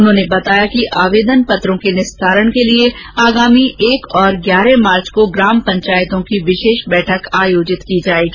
उन्होंने बताया कि आवेदन पत्रों के निस्तारण के लिए आगामी एक और ग्यारह मार्च को ग्राम पंचायतों की विशेष बैठक आयोजित की जाएगी